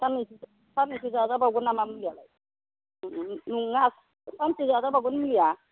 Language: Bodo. साननैसो जाजाबावगोन नामा मुलियालाय नङा सानबेसे जाजाबावगोन मुलिया